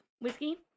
whiskey